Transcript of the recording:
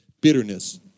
bitterness